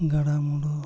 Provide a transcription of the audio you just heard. ᱜᱟᱰᱟ ᱢᱩᱰᱩ